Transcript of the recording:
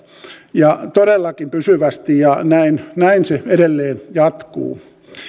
ja todellakin pysyvästi ja näin näin se edelleen jatkuu